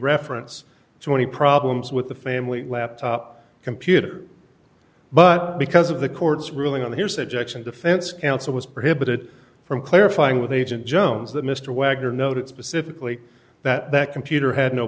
reference to any problems with the family laptop computer but because of the court's ruling on here's objection defense counsel was prohibited from clarifying with agent jones that mr wagner noted specifically that computer had no